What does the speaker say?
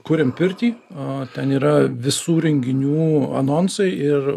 kuriam pirtį ten yra visų renginių anonsai ir